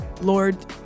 Lord